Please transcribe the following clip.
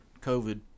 covid